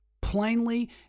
plainly